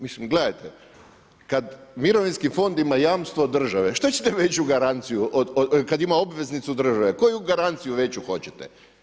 Mislim gledajte, kada mirovinski fond ima jamstvo države što ćete veću garanciju kada ima obveznicu države, koju garanciju veću hoćete?